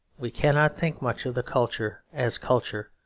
we cannot think much of the culture, as culture,